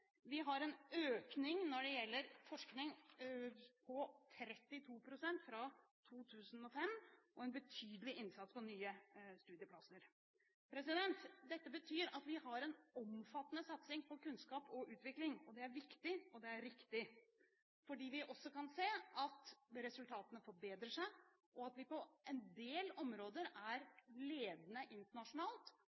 Vi har en økning når det gjelder forskning på 32 pst. fra 2005, og en betydelig innsats med nye studieplasser. Dette betyr at vi har en omfattende satsing på kunnskap og utvikling. Det er viktig, og det er riktig, fordi vi også kan se at resultatene forbedrer seg, og at vi på en del områder er